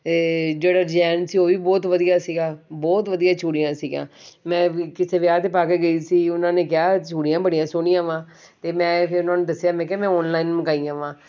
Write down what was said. ਅਤੇ ਜਿਹੜਾ ਡਜੈਨ ਸੀ ਉਹੀ ਬਹੁਤ ਵਧੀਆ ਸੀਗਾ ਬਹੁਤ ਵਧੀਆ ਚੂੜੀਆਂ ਸੀਗੀਆਂ ਮੈਂ ਕਿਸੇ ਵਿਆਹ 'ਤੇ ਪਾ ਕੇ ਗਈ ਸੀ ਉਹਨਾਂ ਨੇ ਕਿਹਾ ਚੂੜੀਆਂ ਬੜੀਆਂ ਸੋਹਣੀਆਂ ਵਾ ਅਤੇ ਮੈਂ ਫਿਰ ਉਹਨਾਂ ਨੂੰ ਦੱਸਿਆ ਮੈਂ ਕਿਹਾ ਮੈਂ ਔਨਲਾਈਨ ਮੰਗਾਈਆਂ ਵਾਂ